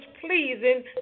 pleasing